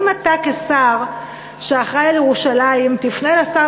האם אתה כשר שאחראי לירושלים תפנה אל השר